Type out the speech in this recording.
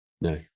No